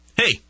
Hey